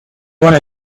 wanna